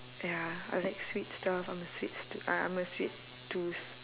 ya I like sweet stuff I'm a sweet s~ uh I'm a sweet tooth